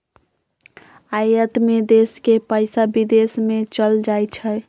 आयात में देश के पइसा विदेश में चल जाइ छइ